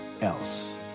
else